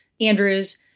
Andrews